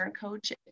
coach